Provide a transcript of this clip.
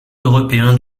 européens